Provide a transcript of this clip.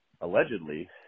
allegedly